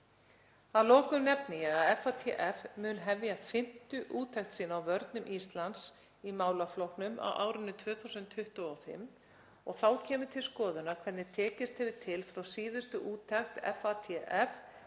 Að lokum nefni ég að FATF mun hefja fimmtu úttekt sína á vörnum Íslands í málaflokknum á árinu 2025 en þá kemur til skoðunar hvernig tekist hefur til frá síðustu úttekt FATF